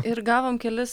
ir gavom kelis